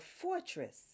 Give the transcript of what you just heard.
fortress